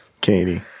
Katie